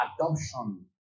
adoption